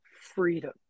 freedom